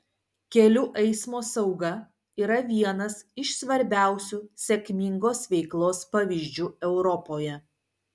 kelių eismo sauga yra vienas iš svarbiausių sėkmingos veiklos pavyzdžių europoje